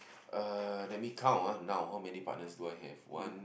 uh let me count ah now how many partners do I have one